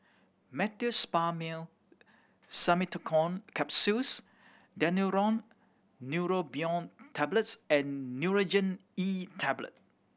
Meteospasmyl Simeticone Capsules Daneuron Neurobion Tablets and Nurogen E Tablet